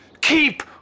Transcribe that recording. Keep